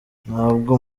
ntabwo